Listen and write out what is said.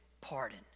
pardon